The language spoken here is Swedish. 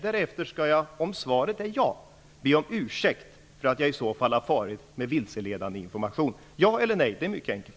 Därefter skall jag, om svaret är ja, be om ursäkt för att jag i så fall har farit med vilseledande information. Ja eller nej, det är mycket enkelt.